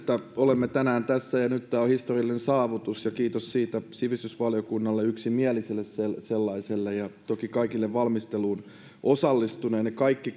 olemme nyt tänään tässä tämä on historiallinen saavutus kiitos siitä sivistysvaliokunnalle yksimieliselle sellaiselle ja toki kaikille valmisteluun osallistuneille ne kaikki